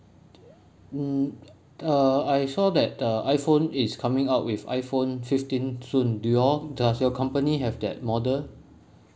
um err I saw that uh iphone is coming out with iphone fifteen soon do you all does your company have that model